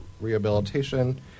Rehabilitation